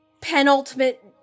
penultimate